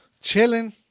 Chilling